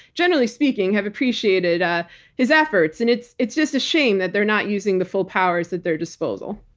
generally speaking, have appreciated ah his efforts. and it's it's just a shame that they're not using the full powers at their disposal.